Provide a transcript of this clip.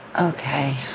Okay